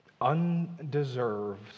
Undeserved